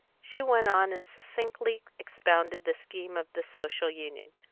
she went on and succinctly expounded the scheme of the social union.